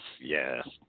yes